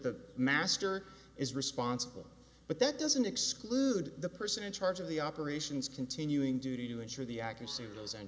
the master is responsible but that doesn't exclude the person in charge of the operations continuing duty to ensure the ac